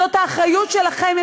זאת האחריות שלכם.